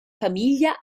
famiglia